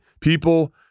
people